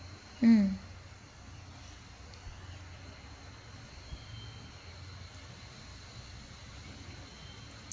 mm